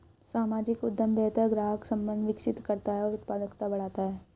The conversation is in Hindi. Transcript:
सामाजिक उद्यम बेहतर ग्राहक संबंध विकसित करता है और उत्पादकता बढ़ाता है